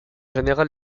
général